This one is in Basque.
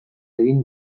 egin